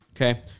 okay